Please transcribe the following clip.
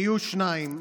יהיו שניים.